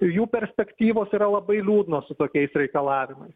jų perspektyvos yra labai liūdnos su tokiais reikalavimais